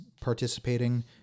participating